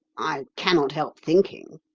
i cannot help thinking,